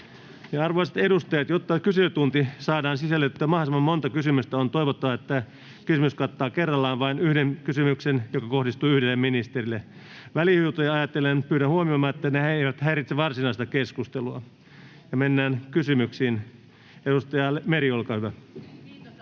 Arvoisat edustajat, jotta tähän kyselytuntiin saadaan sisällytettyä mahdollisimman monta kysymystä, on toivottavaa, että kysymys kattaa kerrallaan vain yhden kysymyksen, joka kohdistuu yhdelle ministerille. Välihuutoja ajatellen pyydän huomioimaan, että ne eivät häiritse varsinaista keskustelua. Mennään kysymyksiin. — Edustaja Meri, olkaa hyvä. Kiitos,